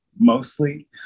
mostly